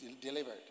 delivered